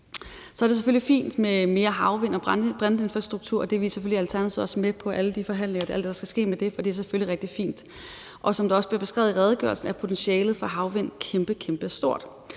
Så er det selvfølgelig fint med mere havvindmøllekapacitet og brintinfrastruktur. Det er vi selvfølgelig i Alternativet også med på, altså alle de forhandlinger og alt det, der skal ske med det, for det er selvfølgelig rigtig fint. Som der også bliver beskrevet i redegørelsen, er potentialet for el fra havvindmøller kæmpe, kæmpe stort.